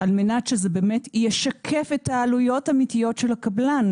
שזה באמת ישקף את העלויות האמיתיות של הקבלן.